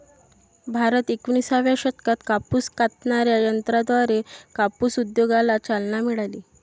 भारतात एकोणिसाव्या शतकात कापूस कातणाऱ्या यंत्राद्वारे कापूस उद्योगाला चालना मिळाली